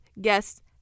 guests